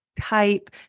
type